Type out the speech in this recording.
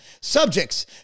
subjects